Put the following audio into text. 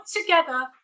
together